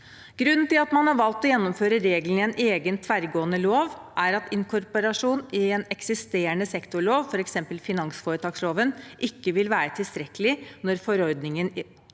Grunnen til at man har valgt å gjennomføre reglene i en egen, tverrgående lov, er at inkorporasjon i en eksisterende sektorlov, f.eks. finansforetaksloven, ikke vil være tilstrekkelig når forordningen gjelder